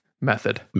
method